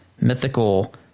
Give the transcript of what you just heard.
mythical